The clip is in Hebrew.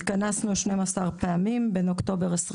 התכנסנו כ-12 פעמים בין אוקטובר 2021